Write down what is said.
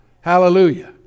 Hallelujah